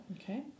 Okay